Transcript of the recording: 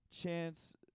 Chance